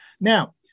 Now